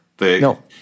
No